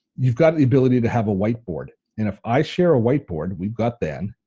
you've got the ability to have a white board. and if i share a white board we've got then